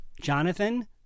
Jonathan